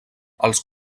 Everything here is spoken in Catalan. els